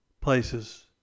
places